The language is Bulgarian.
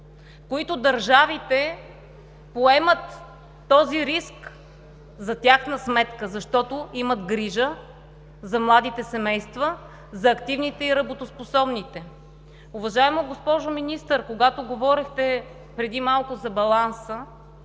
които държавите поемат този риск за тяхна сметка, защото имат грижа за младите семейства, за активните и работоспособните. Уважаема госпожо Министър, когато говорехте преди малко за баланса,